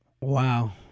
Wow